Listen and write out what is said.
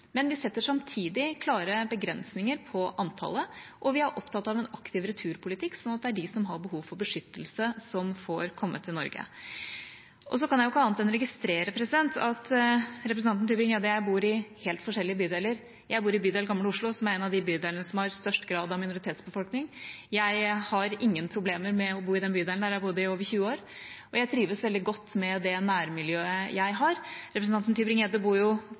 Men vi setter samtidig klare begrensninger på antallet, og vi er opptatt av en aktiv returpolitikk, sånn at det er de som har behov for beskyttelse, som får komme til Norge. Så kan jeg ikke annet enn å registrere at representanten Tybring-Gjedde og jeg bor i helt forskjellige bydeler. Jeg bor i bydel Gamle Oslo, som er en av de bydelene som har størst grad av minoritetsbefolkning. Jeg har ingen problemer med å bo i den bydelen – der har jeg bodd i over 20 år, og jeg trives veldig godt med det nærmiljøet jeg har. Representanten Tybring-Gjedde bor jo